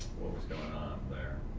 what was going on there.